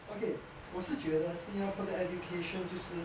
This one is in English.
okay 我是觉得 singapore 的 education 就是